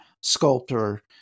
sculptor